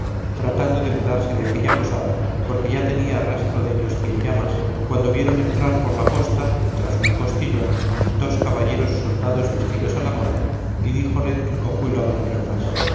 tratando de mudarse de aquella posada porque ya tenía rastro dellos cienllamas cuando vieron entrar por la posta tras un postillón dos caballeros soldados vestidos a la moda y díjole el cojuelo a don cleofás